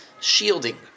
shielding